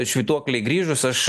švytuoklei grįžus aš